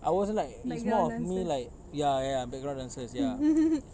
I wasn't like it's more of me like ya ya background dancers ya